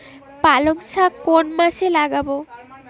পালংশাক কোন মাসে লাগাব?